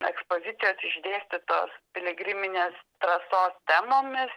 ekspozicijos išdėstytos piligriminės trasos temomis